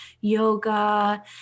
yoga